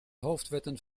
hoofdwetten